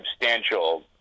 substantial